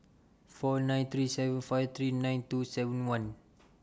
four nine three seven five three nine two seven one